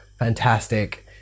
fantastic